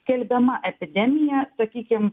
skelbiama epidemija sakykim